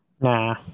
Nah